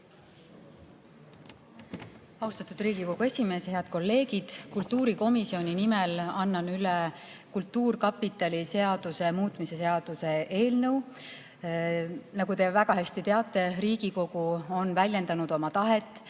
Austatud Riigikogu esimees! Head kolleegid! Kultuurikomisjoni nimel annan üle Eesti Kultuurkapitali seaduse muutmise seaduse eelnõu. Nagu te väga hästi teate, Riigikogu on väljendanud oma tahet